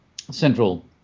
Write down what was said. central